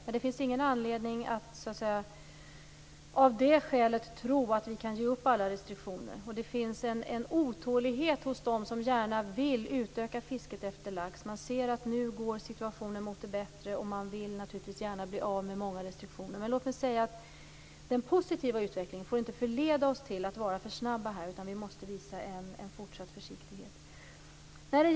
Det finns dock ingen anledning att av det skälet tro att vi kan ge upp alla restriktioner. Det finns en otålighet hos dem som gärna vill utöka fisket efter lax. Man ser att situationen nu går mot det bättre, och man vill naturligtvis gärna bli av med många restriktioner. Men den positiva utvecklingen får inte förleda oss till att vara för snabba. Vi måste visa en fortsatt försiktighet.